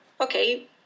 okay